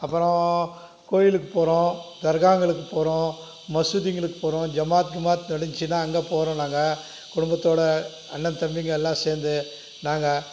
அப்புறம் கோயிலுக்கு போகிறோம் தர்காங்களுக்கு போகிறோம் மசூதிங்களுக்கு போகிறோம் ஜமாத் கிமாத் நடந்துச்சுன்னால் அங்கே போகிறோம் நாங்கள் குடும்பத்தோடு அண்ணன் தம்பிங்கள் எல்லாம் சேர்ந்து நாங்கள்